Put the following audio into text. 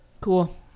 Cool